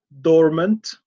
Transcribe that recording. dormant